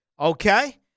Okay